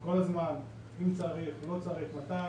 כל הזמן אם צריך או לא צריך, מתי